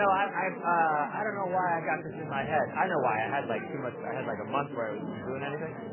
i um i don't know why i got this in my head. i know why. i had, like, too much i had like a month where i wasn't doing anything.